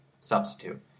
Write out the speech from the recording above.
substitute